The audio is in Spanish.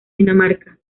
dinamarca